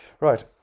Right